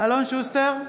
אלון שוסטר,